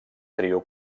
trio